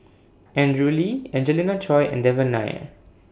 Andrew Lee Angelina Choy and Devan Nair